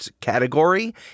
category